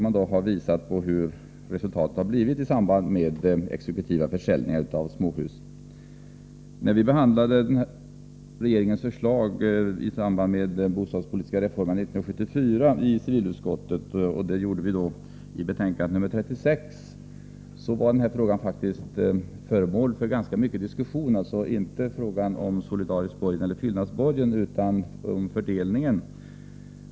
Man har visat på hur resultaten har blivit i samband med exekutiva försäljningar av småhus. När civilutskottet behandlade regeringens förslag i samband med den bostadspolitiska reformen 1974, var faktiskt den här frågan föremål för ganska mycket diskussion — dvs. inte frågan om solidarisk borgen eller fyllnadsborgen utan frågan om fördelningen.